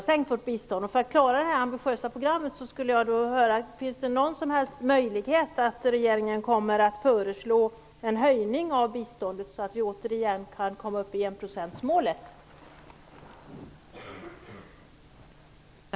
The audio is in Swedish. Vad gäller förutsättningarna att klara det ambitiösa programmet vill jag höra om det finns någon möjlighet för regeringen att föreslå en höjning av biståndet, så att vi återigen kan komma upp i enprocentsmålet.